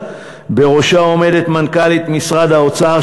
שבראשה עומדת מנכ"לית משרד האוצר,